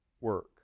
work